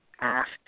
asked